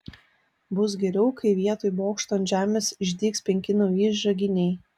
bus geriau kai vietoj bokšto ant žemės išdygs penki nauji žaginiai